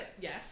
Yes